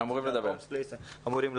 הענף הזה